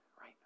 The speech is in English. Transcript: right